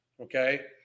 Okay